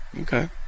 Okay